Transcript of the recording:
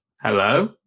Hello